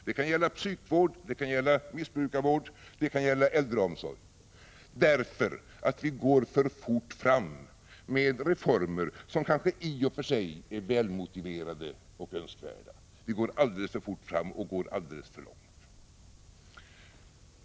Det kan gälla psykvård, missbrukarvård eller äldreomsorg. Vi går nämligen för fort fram med reformer, som kanske i och för sig är väl motiverade och önskvärda, och vi går alldeles för långt.